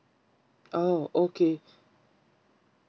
oh okay